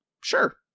sure